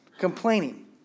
complaining